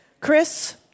Chris